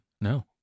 No